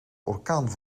orkaan